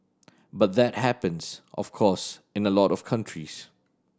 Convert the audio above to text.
but that happens of course in a lot of countries